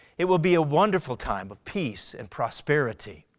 it will be a wonderful time of peace and prosperity.